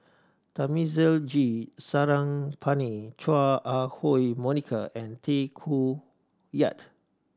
Thamizhavel G Sarangapani Chua Ah Huwa Monica and Tay Koh Yat